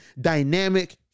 dynamic